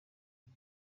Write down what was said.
nta